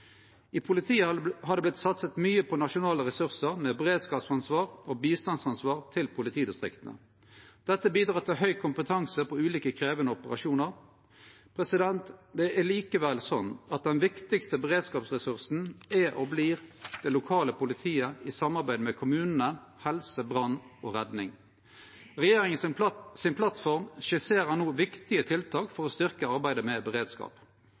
I politiet har det vorte satsa mykje på nasjonale ressursar med beredskapsansvar og bistandsansvar til politidistrikta. Dette bidreg til høg kompetanse på ulike krevjande operasjonar. Det er likevel slik at den viktigaste beredskapsressursen er og vert det lokale politiet i samarbeid med kommunane, helse, brann og redning. Regjeringa si plattform skisserer viktige tiltak for å styrkje arbeidet med beredskap.